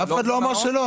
אף אחד לא אמר שלא.